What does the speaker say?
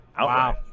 Wow